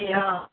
की हँ